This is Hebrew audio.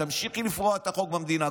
תמשיכי לפרוע את החוק במדינה,